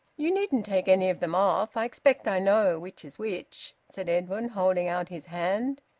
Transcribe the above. you needn't take any of them off. i expect i know which is which, said edwin, holding out his hand.